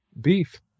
beef